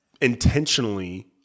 intentionally